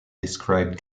described